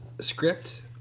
script